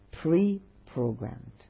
pre-programmed